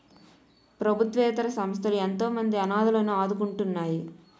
ప్రభుత్వేతర సంస్థలు ఎంతోమంది అనాధలను ఆదుకుంటున్నాయి